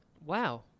Wow